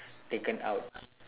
taken out